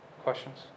questions